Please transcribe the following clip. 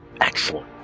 Excellent